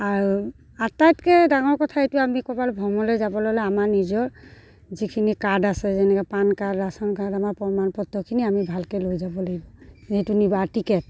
আৰু আটাইতকৈ ডাঙৰ কথা এইটো আমি ক'ৰবালৈ ভ্ৰমণলৈ যাবলৈ হ'লে আমাৰ নিজৰ যিখিনি কাৰ্ড আছে যেনেকৈ পান কাৰ্ড ৰাচন কাৰ্ড আমাৰ প্ৰমাণপত্ৰখিনি আমি ভালকৈ লৈ যাব লাগিব যিহেতু নিবাৰ টিকেট